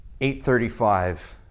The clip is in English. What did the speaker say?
8.35